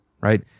right